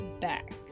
back